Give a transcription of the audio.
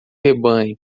rebanho